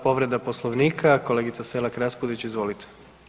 Povreda Poslovnika, kolegica Selak Raspudić, izvolite.